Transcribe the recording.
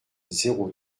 zéro